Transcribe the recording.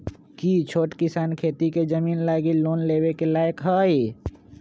कि छोट किसान खेती के जमीन लागी लोन लेवे के लायक हई?